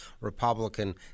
Republican